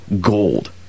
gold